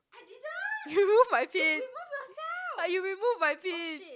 you remove my pin you remove my pin